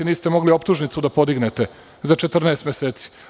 Niste mogli optužnicu da podignete za 14 meseci.